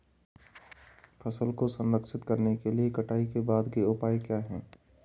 फसल को संरक्षित करने के लिए कटाई के बाद के उपाय क्या हैं?